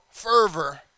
fervor